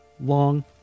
long